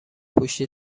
پشت